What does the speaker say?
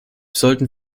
sollten